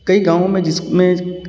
कई गाँवों में जिसमें